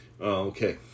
Okay